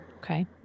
Okay